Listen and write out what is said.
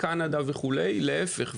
בקנדה וכו' להפך,